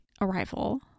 arrival